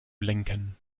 lenken